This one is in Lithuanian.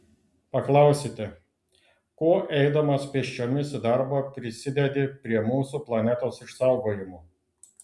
paklausite kuo eidamas pėsčiomis į darbą prisidedi prie mūsų planetos išsaugojimo